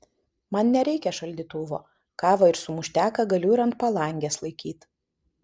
man nereikia šaldytuvo kavą ir sumušteką galiu ir ant palangės laikyt